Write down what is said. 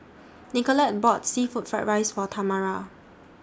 Nicolette bought Seafood Fried Rice For Tamara